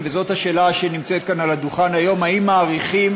השאלה שמוצגת כאן על הדוכן היום: האם מאריכים